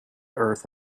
earth